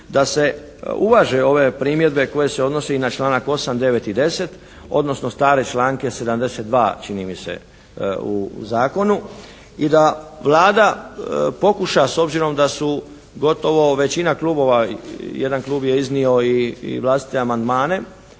da se uvaže ove primjedbe koje se odnose i na članak 8., 9. i 10., odnosno stare članke 72., čini mi se u zakonu. I da Vlada pokuša, s obzirom da su gotovo većina klubova, jedan klub je iznio i vlastite amandmane,